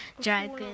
Dragon